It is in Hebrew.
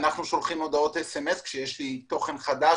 אנחנו שולחים הודעות אס.אמ.אס כשיש לי תוכן חדש,